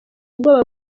ubwoba